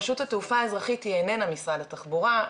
רשות התעופה האזרחית היא איננה משרד התחבורה,